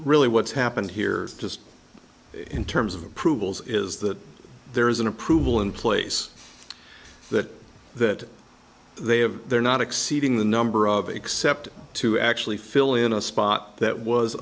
really what's happened here just in terms of approvals is that there is an approval in place that that they have they're not exceeding the number of except to actually fill in a spot that was